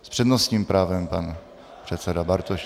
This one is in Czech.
S přednostním právem pan předseda Bartošek.